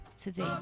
today